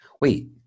wait